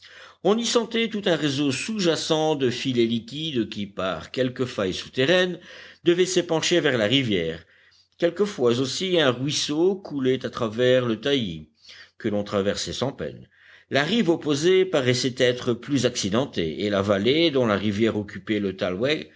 on y sentait tout un réseau sous-jacent de filets liquides qui par quelque faille souterraine devaient s'épancher vers la rivière quelquefois aussi un ruisseau coulait à travers le taillis que l'on traversait sans peine la rive opposée paraissait être plus accidentée et la vallée dont la rivière occupait le